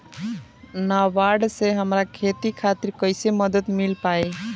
नाबार्ड से हमरा खेती खातिर कैसे मदद मिल पायी?